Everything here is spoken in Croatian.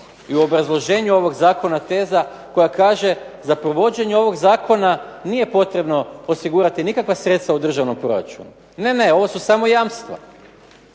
i u obrazloženju ovog zakona teza koja kaže: "za provođenje ovog zakona nije potrebno osigurati nikakva sredstva u državnom proračunu." Ne, ne, ovo su samo jamstva.